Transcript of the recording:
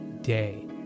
day